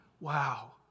Wow